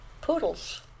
poodles